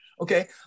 okay